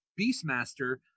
Beastmaster